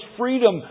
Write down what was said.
freedom